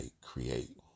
create